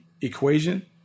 equation